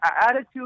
attitude